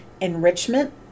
enrichment